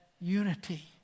unity